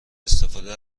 استفاده